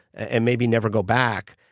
and maybe never go back.